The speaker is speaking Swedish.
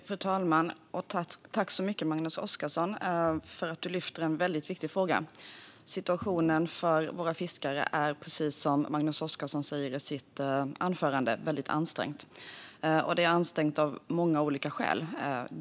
Fru talman! Tack, Magnus Oscarsson, för att du lyfter en väldigt viktig fråga! Situationen för våra fiskare är, precis som Magnus Oscarsson säger i sitt anförande, väldigt ansträngd, detta av många olika skäl.